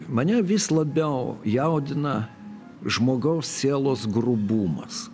mane vis labiau jaudina žmogaus sielos grubumas